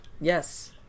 Yes